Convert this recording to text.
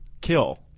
kill